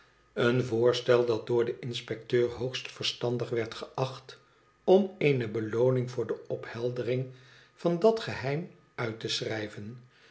een voorstel dat door den ixvspecteur hoogst verstandig werd geacht om eene belooning voor de opheldering van dat geheim uit te schrijven